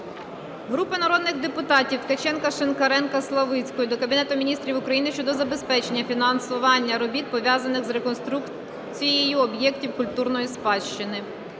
Групи народних депутатів (Ткаченка, Шинкаренка, Славицької) до Кабінету Міністрів України щодо забезпечення фінансування робіт пов'язаних з реконструкцією об'єктів культурної спадщини.